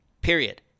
Period